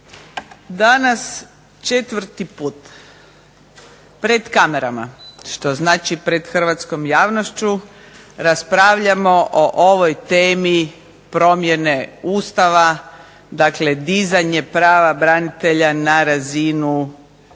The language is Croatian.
Danas četvrti put pred kamerama, što znači pred hrvatskom javnošću raspravljamo o ovoj temi promjene Ustava. Dakle, dizanje prava branitelja na razinu